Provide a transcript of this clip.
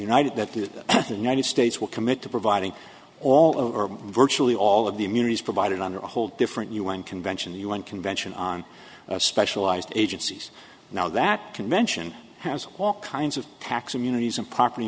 united that the united states will commit to providing all or virtually all of the immunity is provided under a whole different un convention the un convention on specialized agencies now that convention has walked kinds of tax immunities and property